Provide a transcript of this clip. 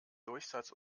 durchsatz